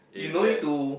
you no need to